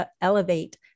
elevate